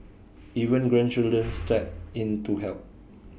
even grandchildren step in to help